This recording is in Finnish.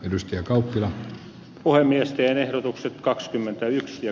ryske kauppila poimi esteen ehdotukset kakskymmentäyks ja